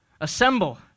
Assemble